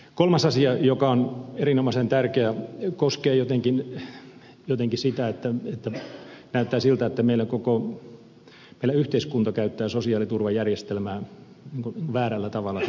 kolmas asia joka on erinomaisen tärkeä koskee jotenkin sitä että näyttää siltä että meillä yhteiskunta käyttää sosiaaliturvajärjestelmää väärällä tavalla hyväksi